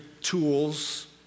tools